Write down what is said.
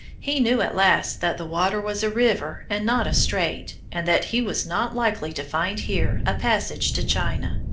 he knew at last that the water was a river and not a strait, and that he was not likely to find here a passage to china.